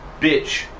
bitch